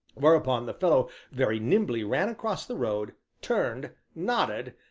hereupon the fellow very nimbly ran across the road, turned, nodded,